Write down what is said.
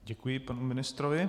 Děkuji panu ministrovi.